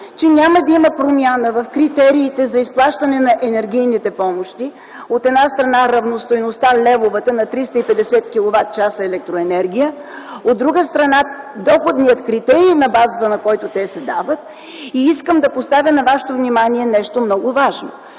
че няма да има промяна в критериите за изплащане на енергийните помощи, от една страна, левовата равностойност на 350 квтч електроенергия, от друга страна, доходният критерий, на базата на който те се дават. Искам да поставя на вашето внимание и нещо много важно.